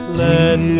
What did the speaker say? let